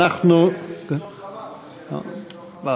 אנחנו, הוא לא התייחס לשאלתי לגבי שלטון "חמאס".